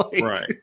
Right